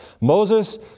Moses